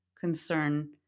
concern